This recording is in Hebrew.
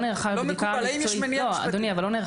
לא מקובל, האם יש מניעה משפטית?